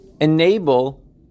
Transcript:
enable